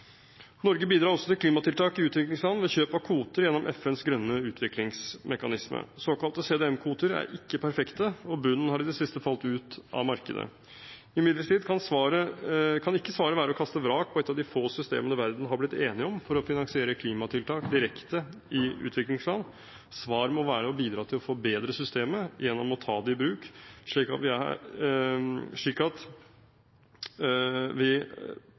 Norge bidrar også til klimatiltak i utviklingsland ved kjøp av kvoter gjennom FNs grønne utviklingsmekanisme. Såkalte CDM-kvoter er ikke perfekte, og bunnen har i det siste falt ut av markedet. Imidlertid kan ikke svaret være å kaste vrak på et av de få systemene verden har blitt enig om for å finansiere klimatiltak direkte i utviklingsland. Svaret må være å bidra til å forbedre systemet gjennom å ta det i bruk, slik at vi kan være sikre på at